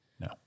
No